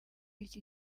iki